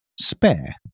spare